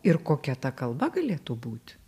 ir kokia ta kalba galėtų būti